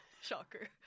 Shocker